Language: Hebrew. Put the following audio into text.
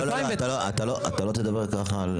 לא, אתה לא תדבר ככה.